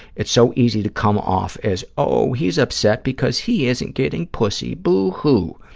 it's so easy to come off as, oh, he's upset because he isn't getting pussy, boo-hoo.